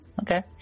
okay